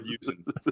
using